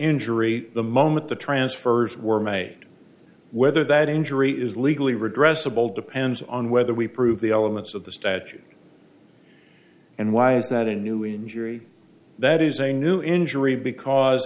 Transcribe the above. injury the moment the transfers were made whether that injury is legally redress of old depends on whether we prove the elements of the statute and why is that a new injury that is a new injury because